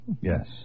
Yes